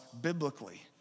biblically